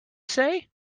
say